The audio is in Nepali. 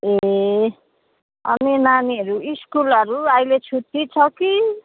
ए अनि नानीहरू स्कुलहरू अहिले छुट्टी छ कि